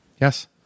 Yes